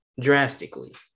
drastically